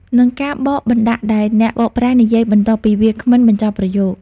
និងការបកបណ្ដាក់ ដែលអ្នកបកប្រែនិយាយបន្ទាប់ពីវាគ្មិនបញ្ចប់ប្រយោគ។